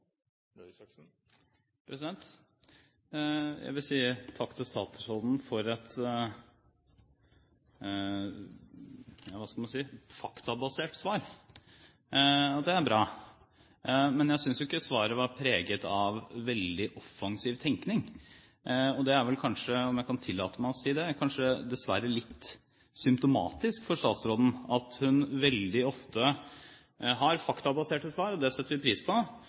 Jeg vil si takk til statsråden for et – skal vi si – faktabasert svar, det er bra. Men jeg synes ikke svaret var preget av veldig offensiv tenkning. Det er vel dessverre, om jeg kan tillate meg å si det, kanskje litt symptomatisk for statsråden at hun veldig ofte har faktabaserte svar – og det setter vi pris på